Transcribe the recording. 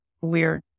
weird